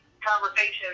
conversation